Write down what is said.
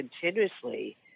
continuously